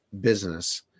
business